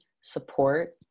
support